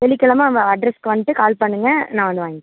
வெள்ளிக்கிழம அட்ரெஸ்க்கு வந்துடு கால் பண்ணுங்கள் நான் வந்து வாங்கிக்கிறேன்